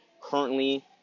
currently